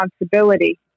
responsibility